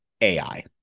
AI